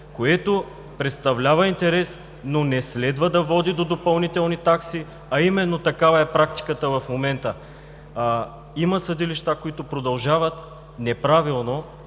което представлява интерес, но не следва да води до допълнителни такси, а именно такава е практиката в момента. Има съдилища, които продължават неправилно